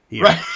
Right